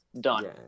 done